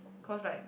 cause like